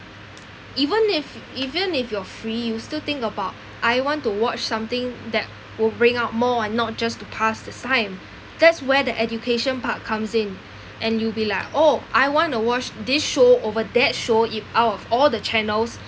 even if even if you're free you still think about I want to watch something that will bring out more and not just to pass this time that's where the education part comes in and you'll be like oh I want to watch this show over that show out if out of all the channels